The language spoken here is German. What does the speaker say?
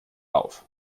auf